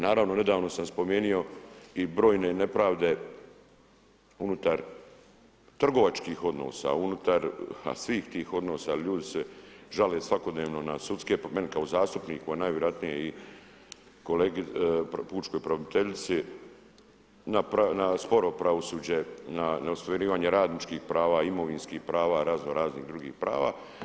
Naravno nedavno sam spomenuo i brojne nepravde unutar trgovačkih odnosa, unutar a svih tih odnosa jer ljudi se žale svakodnevno na sudske, meni kao zastupniku a najvjerojatnije i kolegi, pučkoj pravobraniteljici na sporo pravosuđe, na ostvarivanje radničkih prava, imovinskih prava, razno raznih drugih prava.